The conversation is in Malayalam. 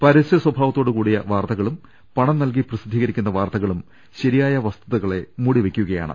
പരസ്യ സ്വഭാവത്തോടുകൂ ടിയ വാർത്തകളും പണം നൽകി പ്രസിദ്ധീകരിക്കുന്ന വാർത്തകളും ശരിയായ വസ്തുതകളെ മൂടി വെക്കുകയാണ്